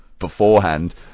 beforehand